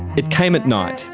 it came at night,